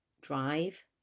drive